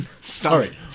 Sorry